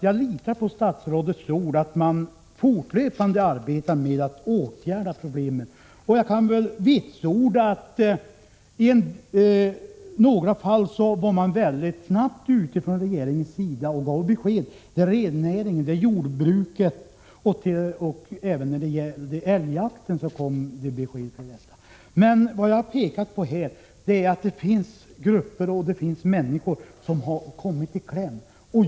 Jag litar på statsrådets ord att man fortlöpande arbetar med att åtgärda problemen, och jag kan väl vitsorda att regeringen i några fall var mycket snabbt ute och gav besked, bl.a. till rennäringen, jordbruket och även beträffande älgjakten. Men jag har framhållit här att det finns grupper och människor som har kommit i kläm.